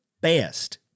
best